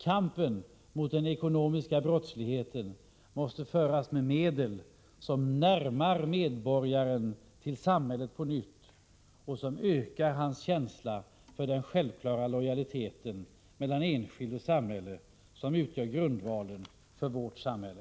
Kampen mot den ekonomiska brottsligheten måste föras med medel som på nytt närmar medborgaren till samhället och som ökar hans känsla för den självklara lojalitet mellan enskild och samhälle som utgör grundvalen för vårt samhälle.